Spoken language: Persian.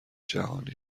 جهانی